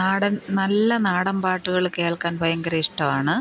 നാടൻ നല്ല നാടൻ പാട്ടുകൾ കേൾക്കാൻ ഭയങ്കര ഇഷ്ടമാണ്